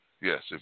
Yes